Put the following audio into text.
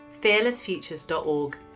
fearlessfutures.org